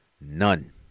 None